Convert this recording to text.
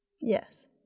Yes